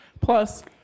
Plus